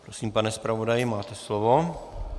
Prosím, pane zpravodaji, máte slovo.